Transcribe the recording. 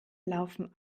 laufen